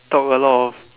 talk a lot of